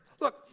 Look